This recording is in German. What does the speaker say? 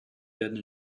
werden